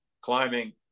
climbing